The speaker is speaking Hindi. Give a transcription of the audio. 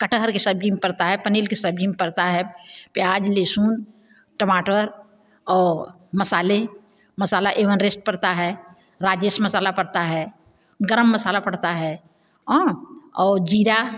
कटहल के सब्ज़ी में पड़ता हैं पनीर के सब्ज़ी में पड़ता हैं प्याज़ लहसुन टमाटर और मसाले मसाला ये वनरेस्ट पड़ता है राजेश मसाला पड़ता है गर्म मसाला पड़ता है और ज़ीरा